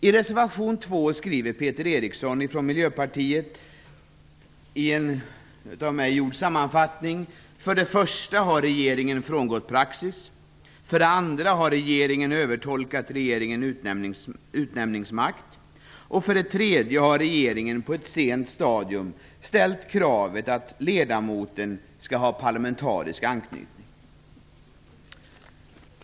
Jag har gjort en sammanfattning av vad Peter För det första har regeringen frångått praxis. För det andra har regeringen övertolkat regeringens utnämningsmakt. För det tredje har regeringen på ett sent stadium ställt kravet att ledamoten skall ha en parlamentarisk anknytning.